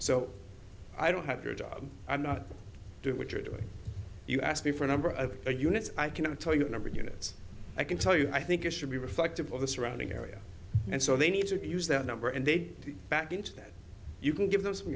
so i don't have your job i'm not doing what you're doing you ask me for a number of units i can tell you the number of units i can tell you i think it should be reflective of the surrounding area and so they need to use that number and they'd be back into that you can give th